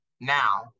now